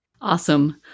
Awesome